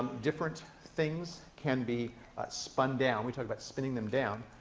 different things can be spun down. we talk about spinning them down.